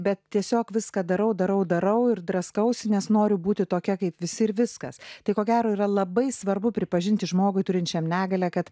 bet tiesiog viską darau darau darau ir draskausi nes noriu būti tokia kaip visi ir viskas tai ko gero yra labai svarbu pripažinti žmogui turinčiam negalią kad